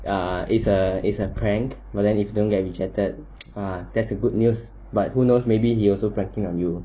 ah it's a it's a prank but then if don't get rejected ah that's a good news but who knows maybe he also pranking on you